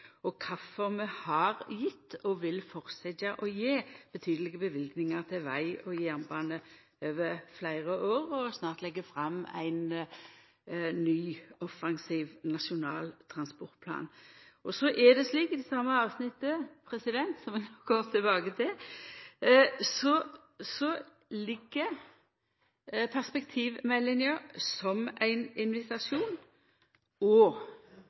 og kvifor vi har gjeve og vil halda fram å gje betydelege løyvingar til veg og jernbane over fleire år og snart leggja fram ein ny offensiv nasjonal transportplan. I det same avsnittet i merknaden, som eg går tilbake til, ligg perspektivmeldinga som ein invitasjon og